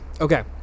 Okay